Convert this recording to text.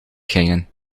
gingen